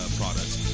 products